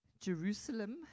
Jerusalem